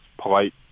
polite